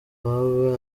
baba